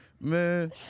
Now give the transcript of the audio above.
man